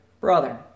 brother